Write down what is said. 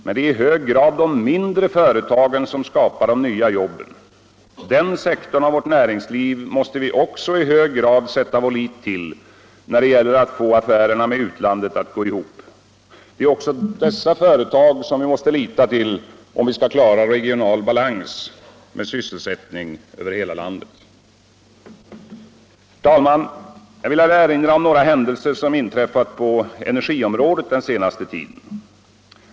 Men det är i hög grad de mindre företagen som skapar de nya jobben. Den sektorn av vårt näringsliv måste vi också i hög grad sätta vår lit till, när det gäller att få affärerna med utlandet att gå ihop. Det är också dessa företag som vi måste lita till, om vi skall klara regional balans med sysselsättning över hela landet. Herr talman! Jag vill här erinra om några händelser som inträffat på energiområdet den senaste tiden.